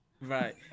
right